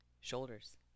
Shoulders